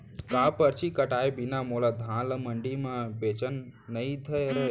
का परची कटाय बिना मोला धान ल मंडी म बेचन नई धरय?